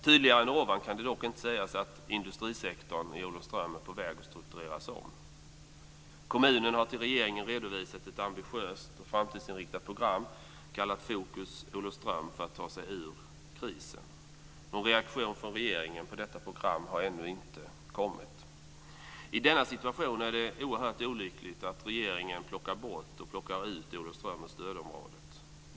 Tydligare än ovan kan det dock inte sägas att industrisektorn i Olofström är på väg att struktureras om. Kommunen har till regeringen redovisat ett ambitiöst och framtidsinriktat program kallat Focus Olofström för att ta sig ur krisen. Någon reaktion från regeringen på detta program har ännu inte kommit. I denna situation är det oerhört olyckligt att regeringen plockar bort Olofström ur stödområdet.